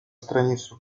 страницу